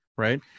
right